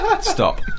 Stop